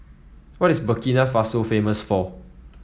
what is Burkina Faso famous for